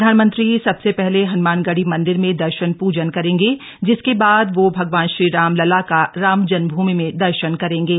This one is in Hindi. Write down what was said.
प्रधानमंत्री सबसे पहले हन्मान गढ़ी मंदिर में दर्शन पूजन करेंगे जिसके बाद वह भगवान श्री राम लाला का राम जन्म भूमि में दर्शन करेंगे